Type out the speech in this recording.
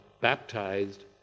baptized